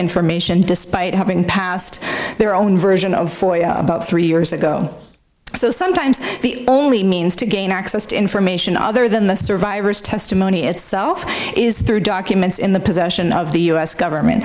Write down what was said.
information despite having passed their own version of about three years ago so sometimes the only means to gain access to information other than the survivors testimony itself is through documents in the possession of the us government